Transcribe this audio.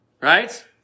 right